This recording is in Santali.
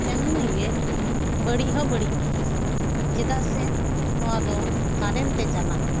ᱛᱮᱢᱱᱤ ᱜᱮ ᱵᱟᱹᱲᱤᱡ ᱦᱚᱸ ᱵᱟᱹᱲᱤᱡ ᱦᱚᱸ ᱵᱟᱹᱲᱤᱡ ᱜᱮᱭᱟ ᱪᱮᱫᱟᱜ ᱥᱮ ᱱᱚᱶᱟ ᱫᱚ ᱠᱟᱨᱮᱱᱴ ᱛᱮ ᱪᱟᱞᱟᱜ ᱟ